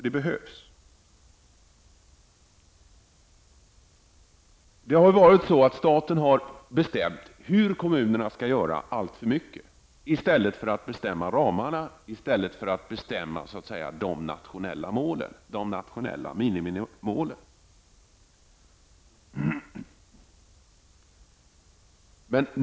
Det behövs alltså. Staten har ju tidigare alltför mycket bestämt hur kommunerna skall göra i stället för att bestämma ramarna, de nationella minimimålen.